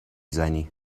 زنی